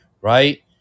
right